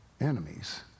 enemies